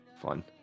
Fun